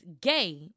gay